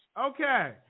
Okay